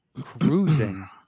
Cruising